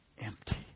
empty